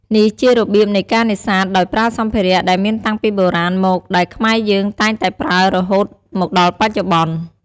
នេះជារបៀបនៃការនេសាទដោយប្រើសម្ភារៈដែលមានតាំងពីបុរាណមកដែលខ្នែរយើងតែងតែប្រើរហូតមកដល់បច្ចុប្បន្នុ។